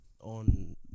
On